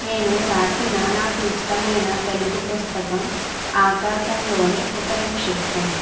నేను రాసిన నాకు ఇస్టమైన తెలుగు పుస్తకం ఆకాశంలోని ఒక నక్షత్రం